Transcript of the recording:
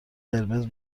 قرمز